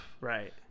Right